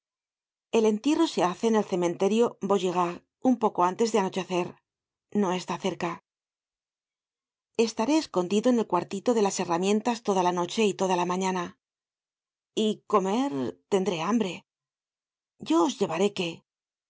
el entierro se hace en el cementerio vaugirard un poco antes de anochecer no está cerca estaré escondido en el cuartito de las herramientas toda la noche y toda la mañana y comer tendré hambre yo os llevaré qué